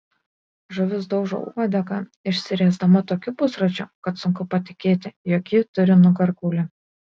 žuvis daužo uodega išsiriesdama tokiu pusračiu kad sunku patikėti jog ji turi nugarkaulį